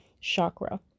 chakra